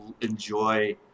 enjoy